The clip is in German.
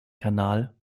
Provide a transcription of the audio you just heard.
kanal